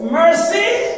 mercy